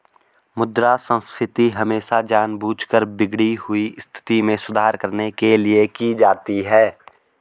मुद्रा संस्फीति हमेशा जानबूझकर बिगड़ी हुई स्थिति में सुधार करने के लिए की जाती है